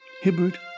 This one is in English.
Hibbert